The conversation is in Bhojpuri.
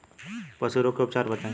पशु रोग के उपचार बताई?